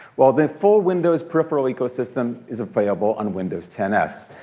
well, the full windows peripheral ecosystem is available on windows ten s.